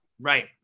Right